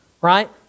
right